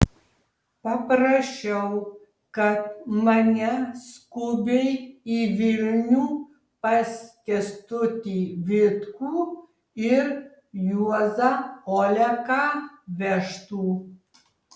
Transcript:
paprašiau kad mane skubiai į vilnių pas kęstutį vitkų ir juozą oleką vežtų